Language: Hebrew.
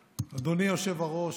היושב-ראש,